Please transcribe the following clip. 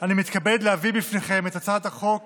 אני מתכבד להביא בפניכם הצעת חוק